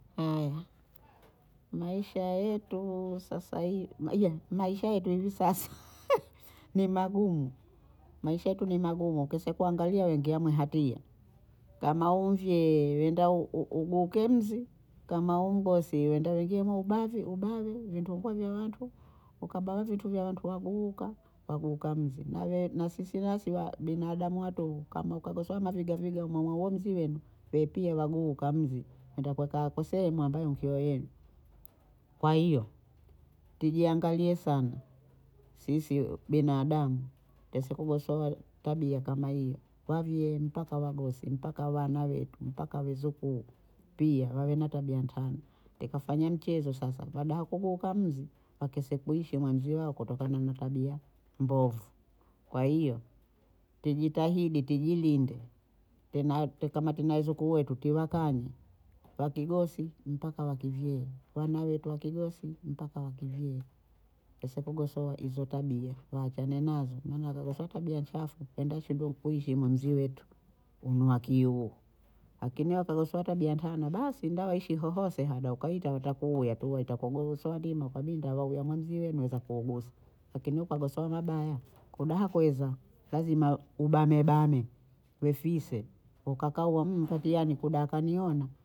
Haya Maisha yetu sasa hivi iyoo Maisha yetu hivi sasa ni magumu, Maisha yetu ni magumu kisipo angalia waengia mu hatia kama we mvyee wenda u- u- uguke mzi, kama we mgosi wenda uingie mubave ubave vintuhu vya watu, ukaba vintu vya watu wa guuka wagukamze na we na sisi nasi waaa binadamu watuhu kama ukagosowa mavigaviga mwe mwamzi wenu we pia waguuka mvi waenda kukaa kusemwa mbweyi nkio yenu, kwa hiyo tijiangalie sana sisi binadamu tusikugosowe tabia kama hiyo, wavyee mpaka wagosi mpaka wana wetu mpaka wezukuu pia wawe na tabia ntana tikafanya mchezo sasa badaya ya kuvuka mzi wakese kuishi mwa mzi wako kutokana na tabia mbovu, kwa hiyo tujitahidi tijilinde tiyena tekakama kina wezukuu wetu tiwakanye wakigosi mpaka wakivyee wana wetu wakigosi mpaka wa kivyee tusikugosowa hizo tabia waachane nazo maana hizo tabia chafu kwenda shimbo nkuishi mwa mzi wetu hunu hakiyu, lakini akagosowa tabia ntana basi enda waishi wowose hada ukaita utakuya tu watakugosowa ndima kabinda wawauye na mzima wenu waanza kuogosa akini ukagosowa mabaya kudaha kweza lazima ubanebane wefise ukakaa uamue kati ya nikodaka niona